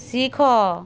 ଶିଖ